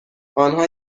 آنها